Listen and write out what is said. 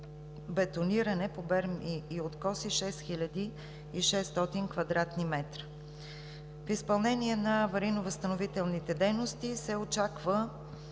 бетониране по берми и откоси – 6600 кв. м. Изпълнението на аварийно-възстановителните дейности се очаква